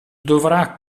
dovrà